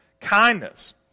kindness